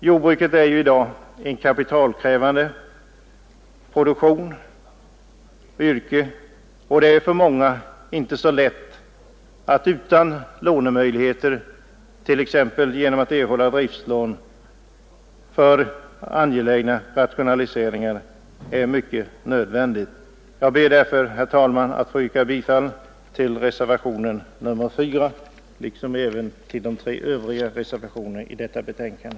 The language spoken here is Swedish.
Jordbruket är ju i dag en mycket kapitalkrävande näring, och det är för många inte så lätt att utan lånemöjlighet, t.ex. driftslån, klara av angelägna och nödvändiga rationaliseringar. Jag ber därför, herr talman, att få yrka bifall till reservationen 4 liksom även till de tre övriga reservationerna vid detta betänkande.